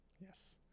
Yes